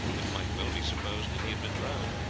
it might well be supposed that he had been drowned.